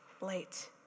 late